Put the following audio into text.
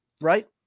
right